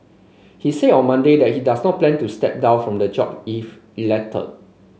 he said on Monday that he does not plan to step down from his job if elected